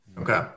Okay